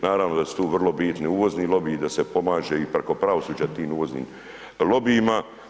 Naravno da su tu vrlo bitni i uvozni lobiji, da se pomaže i preko pravosuđa tim uvoznim lobijima.